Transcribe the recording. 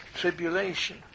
tribulation